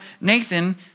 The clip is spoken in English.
Nathan